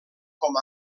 com